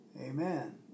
Amen